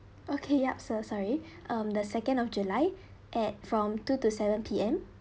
okay yup sir sorry um the second of july at from two to seven P_M